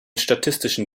statistischen